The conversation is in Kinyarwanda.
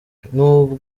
ntabwo